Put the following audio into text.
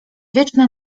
wieczne